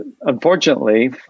Unfortunately